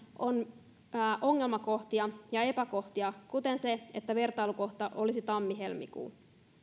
on ongelmakohtia ja epäkohtia kuten se että vertailukohta olisi tammi helmikuu